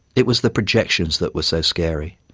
it was the projections that were so scary.